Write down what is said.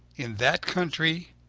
in that country,